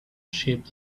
ship